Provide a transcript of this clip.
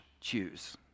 choose